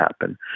happen